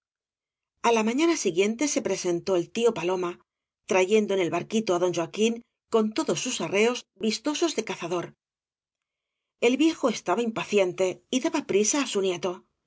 a la mañaaa siguiente se presentó el tío palo ma trayendo eo el barquito á don joaquín con todos bus arreos vistosos de cazador el viejo estaba impaciente y daba prisa á su nieto